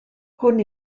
hwn